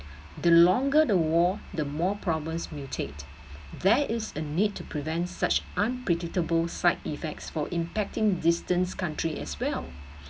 the longer the war the more problems mutate there is a need to prevent such unpredictable side effects for impacting distance country as well